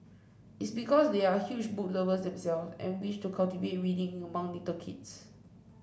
it's because they are huge book lovers themselves and wish to cultivate reading among little kids